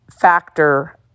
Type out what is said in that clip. factor